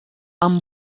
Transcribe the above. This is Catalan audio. amb